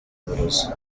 uburozi